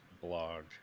blog